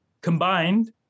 Combined